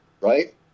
right